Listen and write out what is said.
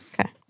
Okay